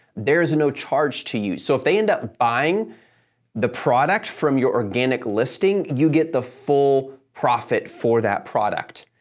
there's a no charge to you. so, if they end up buying the product from your organic listing, you get the full profit for that product.